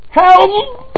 Help